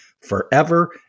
forever